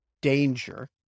danger